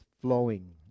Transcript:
flowing